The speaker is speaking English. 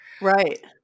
Right